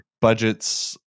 budgets